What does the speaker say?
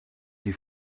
die